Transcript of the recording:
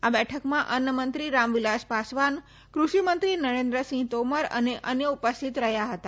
આ બેઠકમાં અન્ન મંત્રી રામવિલાશ પાસવાન કૃષિમંત્રી નરેન્દ્રસિંહ તોમર અને અન્ય ઉપસ્થિત રહ્યા હતા